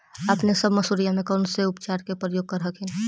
अपने सब मसुरिया मे कौन से उपचार के प्रयोग कर हखिन?